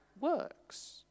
works